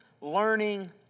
learning